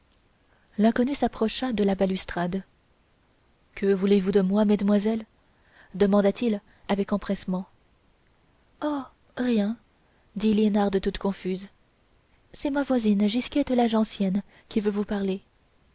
l'inconnu s'approcha de la balustrade que voulez-vous de moi mesdamoiselles demanda-t-il avec empressement oh rien dit liénarde toute confuse c'est ma voisine gisquette la gencienne qui veut vous parler